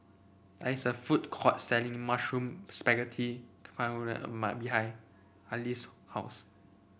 there is a food court selling Mushroom Spaghetti behind Ali's house